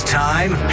time